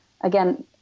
again